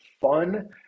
fun